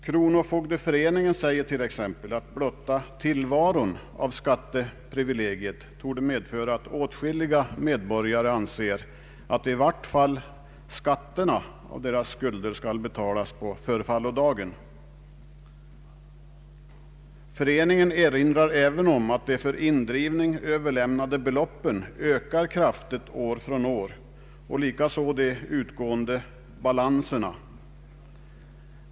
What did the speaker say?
Kronofogdeföreningen säger t.ex. att blotta tillvaron av skatteprivilegiet torde medföra, att åtskilliga medborgare anser att i varje fall skatter och skatteskulder skall betalas på förfallodagen. Föreningen erinrar även om att de för indrivning inlämnade beloppen ökar kraftigt år från år, likaså de utgående balanserna.